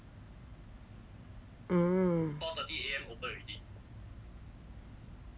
mm